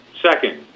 Second